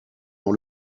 dans